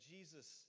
Jesus